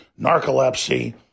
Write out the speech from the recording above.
narcolepsy